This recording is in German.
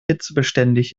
hitzebeständig